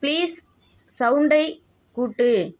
please சவுண்டை கூட்டு